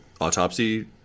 autopsy